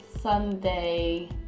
sunday